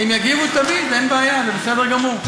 הן יגיבו תמיד, אין בעיה, זה בסדר גמור.